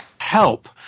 help